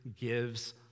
gives